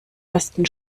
ersten